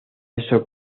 eso